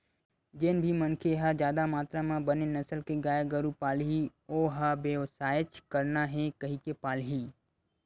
जेन भी मनखे मन ह जादा मातरा म बने नसल के गाय गरु पालही ओ ह बेवसायच करना हे कहिके पालही